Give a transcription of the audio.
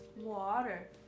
Water